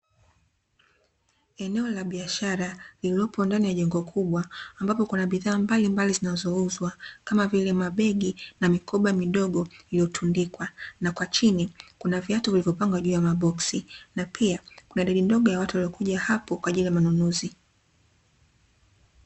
Eneo la biashara lililopo ndani ya jengo kubwa, ambapo kuna bidhaa mbalimbali zinazouzwa kama vile, mabegi na mikoba midogo iliyotundikwa na kwa chini kuna viatu vilivyopangwa juu ya maboksi, na pia kuna idadi ndogo ya watu waliokuja hapo kwa ajili ya manunuzi.